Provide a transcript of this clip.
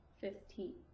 Fifteen